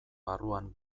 barruan